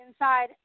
inside